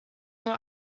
nur